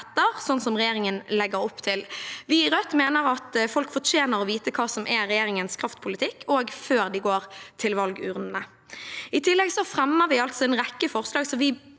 Vi i Rødt mener at folk fortjener å få vite hva som er regjeringens kraftpolitikk – også før de går til valgurnene. I tillegg fremmer vi en rekke forslag